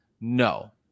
No